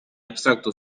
abstracto